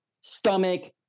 stomach